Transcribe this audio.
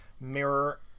mirror